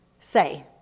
say